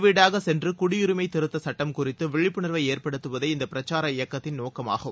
வீடாக சென்று குடியுரிமை திருத்தச் சட்டம் குறித்து விழிப்புணர்வை ஏற்படுத்துவதே இந்த பிரச்சார இயக்கத்தின் நோக்கமாகும்